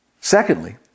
Secondly